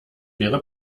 wäre